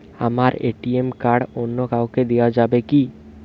আমার ATM card অন্য কাউকে দেওয়া যাবে কি?